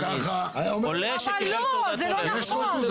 זה לא נכון.